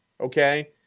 okay